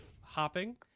hopping